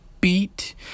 beat